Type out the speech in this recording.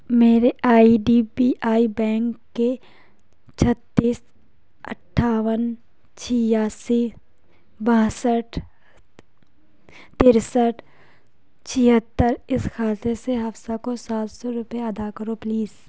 میرے I D B I bank کے چھتیس اٹھاون چھیاسی باسٹھ تریسٹھ چھیتر اس کھاتے سے حفصہ کو سات سو روپے ادا کرو پلیس